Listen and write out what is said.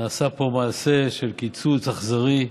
נעשה פה מעשה של קיצוץ אכזרי.